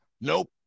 nope